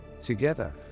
Together